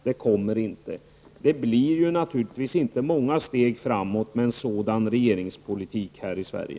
Det blir med en sådan regeringspolitik naturligtvis inte fråga om många steg framåt här i Sverige.